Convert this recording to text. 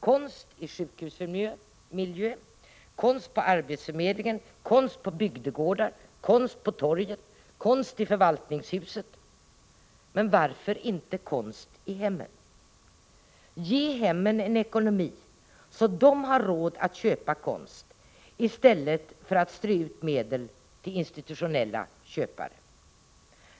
Konst i sjukhusmiljö, konst på arbetsförmedlingen, konst på bygdegårdar, konst på torget, konst i förvaltningshuset, men varför inte konst i hemmen? Ge hemmen en ekonomi så att de har råd att köpa konst i stället för att medel strös ut till institutionella köpare.